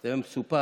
אתה יודע, מסופר,